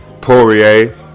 Poirier